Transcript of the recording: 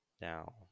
Now